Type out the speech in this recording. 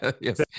Yes